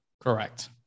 Correct